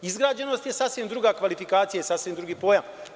Izgrađenost je sasvim druga kvalifikacija i sasvim drugi pojam.